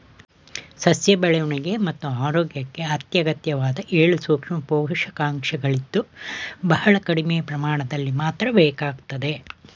ಸಸ್ಯ ಬೆಳವಣಿಗೆ ಮತ್ತು ಆರೋಗ್ಯಕ್ಕೆ ಅತ್ಯಗತ್ಯವಾಗಿ ಏಳು ಸೂಕ್ಷ್ಮ ಪೋಷಕಾಂಶಗಳಿದ್ದು ಬಹಳ ಕಡಿಮೆ ಪ್ರಮಾಣದಲ್ಲಿ ಮಾತ್ರ ಬೇಕಾಗ್ತದೆ